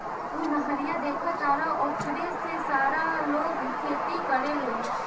उ नहरिया देखऽ तारऽ ओकरे से सारा लोग खेती करेलेन